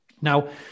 Now